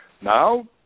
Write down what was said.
Now